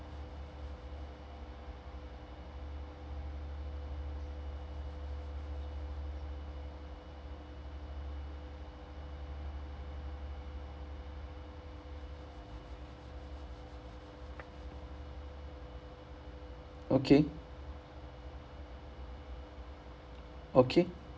okay okay